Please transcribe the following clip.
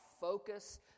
focus